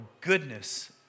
goodness